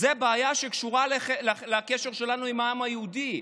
זאת בעיה שקשורה לקשר שלנו עם העם היהודי,